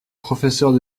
professeurs